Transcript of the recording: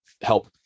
help